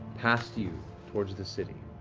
past you towards the city.